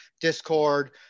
Discord